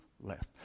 left